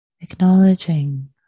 Acknowledging